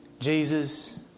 Jesus